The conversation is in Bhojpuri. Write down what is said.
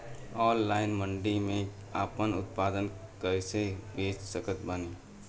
ऑनलाइन मंडी मे आपन उत्पादन कैसे बेच सकत बानी?